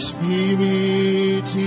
Spirit